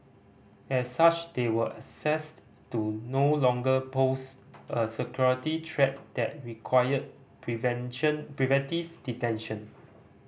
as such they were assessed to no longer pose a security threat that required prevention preventive detention